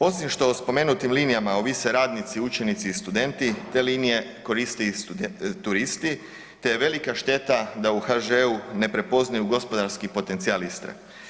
Osim što spomenutim linijama ovise radnici, učenici i studenti, te linije koriste i turisti te je velika šteta da u HŽ-u ne prepoznaju gospodarski potencijal Istre.